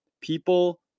People